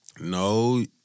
no